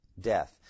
death